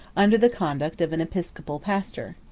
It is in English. under the conduct of an episcopal pastor.